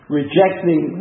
rejecting